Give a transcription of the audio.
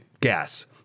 gas